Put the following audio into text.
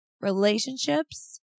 relationships